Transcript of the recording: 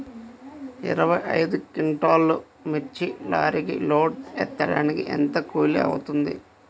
ఇరవై ఐదు క్వింటాల్లు మిర్చి లారీకి లోడ్ ఎత్తడానికి ఎంత కూలి అవుతుంది?